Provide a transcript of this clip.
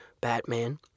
Batman